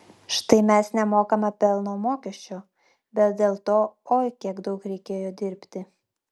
štai mes nemokame pelno mokesčio bet dėl to oi kiek daug reikėjo dirbti